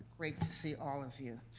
great to see all of you.